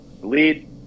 Lead